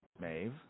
Maeve